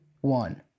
one